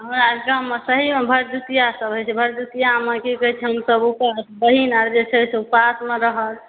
हमरा गाममे सहीमे भरदुतिआ ई सब होइ छै भरदुतिआमे हमसब की कहै छै बहिन आर जे छै से उपासमे रहल